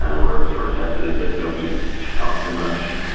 ah we're sort of sensitive to nobody should talk too much.